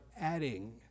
adding